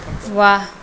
वाह